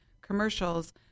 commercials